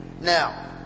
Now